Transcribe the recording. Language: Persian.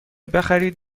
بخرید